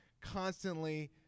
constantly –